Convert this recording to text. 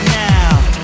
now